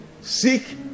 Seek